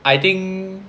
I think